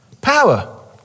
power